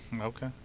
Okay